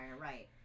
right